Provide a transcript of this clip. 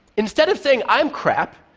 instead of saying, i'm crap,